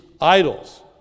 idols